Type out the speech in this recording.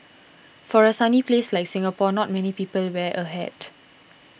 for a sunny place like Singapore not many people wear a hat